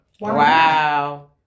Wow